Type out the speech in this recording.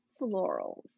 florals